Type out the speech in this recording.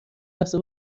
لحظه